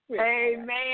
Amen